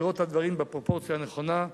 לראות את הדברים בפרופורציה הנכונה.